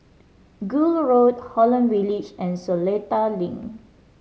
Gul Road Holland Village and Seletar Link